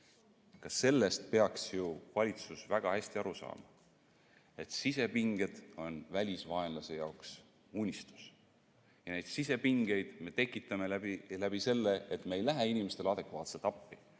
Sellest peaks ju valitsus väga hästi aru saama, et sisepinged on välisvaenlase jaoks unistus. Ja neid sisepingeid me tekitame sellega, kui me ei lähe inimestele adekvaatselt appi.